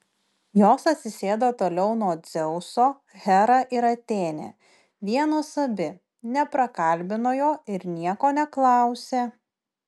jos atsisėdo toliau nuo dzeuso hera ir atėnė vienos abi neprakalbino jo ir nieko neklausė